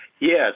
Yes